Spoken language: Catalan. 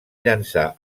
llançar